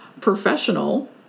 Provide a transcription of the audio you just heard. professional